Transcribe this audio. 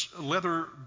leather